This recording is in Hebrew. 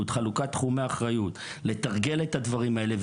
וחלוקת תחומי האחריות כדי לתרגל את הדברים האלה,